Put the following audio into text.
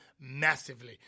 massively